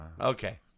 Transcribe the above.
okay